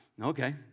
Okay